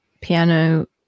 piano